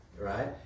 right